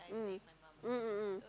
mm mm mm mm